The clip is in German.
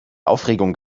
aufregung